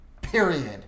Period